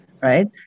Right